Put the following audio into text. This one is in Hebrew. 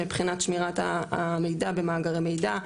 מבחינת שמירת המידע במאגרי מידע,